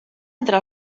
entre